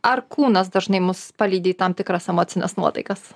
ar kūnas dažnai mus palydi tam tikras emocines nuotaikas